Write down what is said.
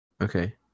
Okay